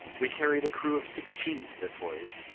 we carried a crew of sixteen, this voyage,